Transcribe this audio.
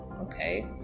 okay